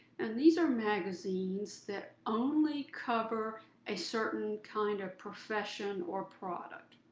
and these are magazines that only cover a certain kind of profession or product.